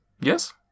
Yes